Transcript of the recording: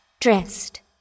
dressed